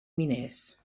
miners